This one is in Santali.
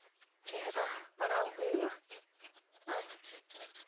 ᱵᱮᱥ ᱪᱮᱦᱨᱟ ᱯᱟᱲᱦᱟᱣ ᱦᱩᱭᱩᱜᱼᱟ ᱟᱨ